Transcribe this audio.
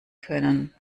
können